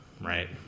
right